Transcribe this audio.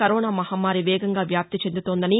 corona మహమ్మారి వేగంగా వ్యాప్తి చెందుతోందని